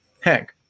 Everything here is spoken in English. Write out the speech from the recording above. Hank